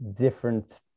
different